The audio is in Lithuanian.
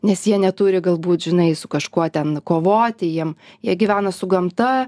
nes jie neturi galbūt žinai su kažkuo ten kovoti jiem jie gyvena su gamta